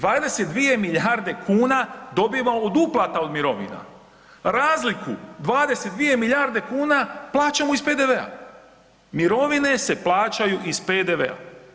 22 milijarde kuna dobiva od uplata od mirovna, razliku 22 milijarde kuna plaćamo iz PDV-a, mirovine se plaćaju iz PDV.